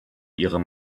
ihre